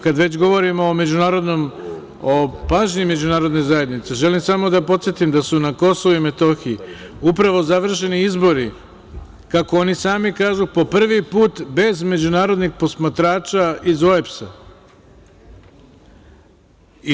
Kada već govorimo o pažnji međunarodne zajednice, želim samo da podsetim da su na KiM upravo završeni izbori, kako oni sami kažu – po prvi put bez međunarodnih posmatrača iz OEBS-a.